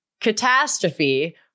catastrophe